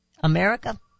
America